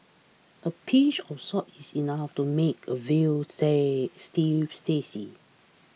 a pinch of salt is enough to make a veal stay stew tasty